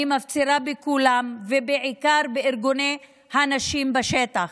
אני מפצירה בכולם, ובעיקר בארגוני הנשים בשטח: